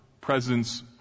presence